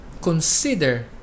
consider